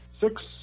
Six